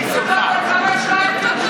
מניסיונך.